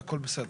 והכל בסדר.